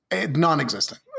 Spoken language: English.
non-existent